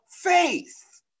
Faith